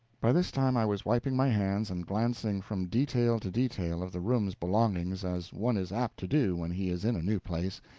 by this time i was wiping my hands and glancing from detail to detail of the room's belongings, as one is apt to do when he is in a new place,